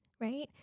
right